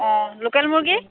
অ' local মুৰ্গী